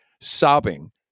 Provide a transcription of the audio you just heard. sobbing